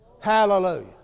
Hallelujah